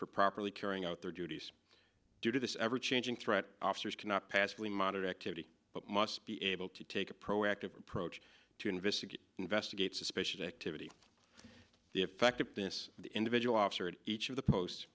properly carrying out their duties due to this ever changing threat officers cannot pass we monitor activity but must be able to take a proactive approach to investigate investigate suspicious activity the effectiveness of the individual officer at each of the post